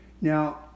Now